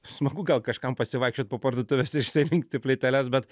smagu gal kažkam pasivaikščiot po parduotuves ir išsirinkti plyteles bet